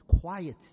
quiet